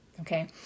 okay